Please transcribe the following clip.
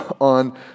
on